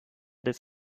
des